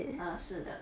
err 是的